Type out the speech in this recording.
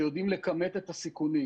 שיודעים לכמת את הסיכונים